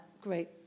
great